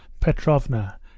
Petrovna